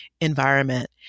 environment